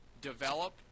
develop